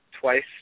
twice